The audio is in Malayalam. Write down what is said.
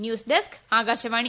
news desk Akashvani